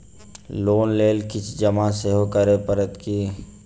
Loan लेल किछ जमा सेहो करै पड़त की?